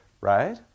right